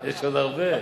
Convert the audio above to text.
יש עוד הרבה.